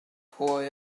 pwy